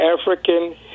African